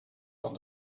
van